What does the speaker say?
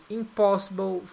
impossible